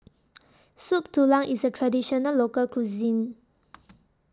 Soup Tulang IS A Traditional Local Cuisine